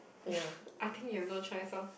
I think you have no choice orh